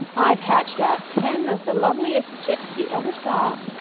i've hatched out ten of the loveliest chicks you ever saw.